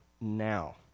now